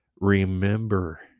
Remember